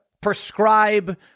prescribe